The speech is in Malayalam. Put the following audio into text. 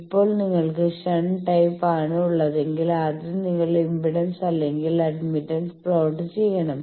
ഇപ്പോൾ നിങ്ങൾക്ക് ഷണ്ട് ടൈപ്പ് ആണ് ഉള്ളതെങ്കിൽ ആദ്യം നിങ്ങൾ ഇംപെഡൻസ് അല്ലെങ്കിൽ അഡ്മിറ്റൻസ് പ്ലോട്ട് ചെയ്യണം